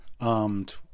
armed